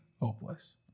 hopeless